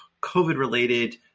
COVID-related